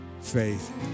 faith